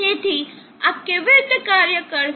તેથી આ કેવી રીતે કાર્ય કરશે